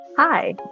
Hi